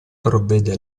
provvede